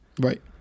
Right